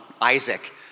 Isaac